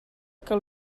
que